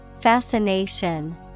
Fascination